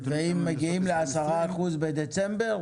ואם מגיעים לעשרה אחוזים בדצמבר,